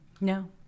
No